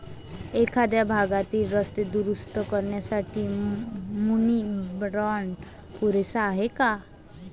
एखाद्या भागातील रस्ते दुरुस्त करण्यासाठी मुनी बाँड पुरेसा आहे का?